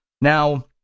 Now